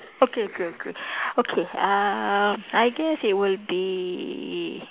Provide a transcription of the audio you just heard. okay okay okay okay uh I guess it will be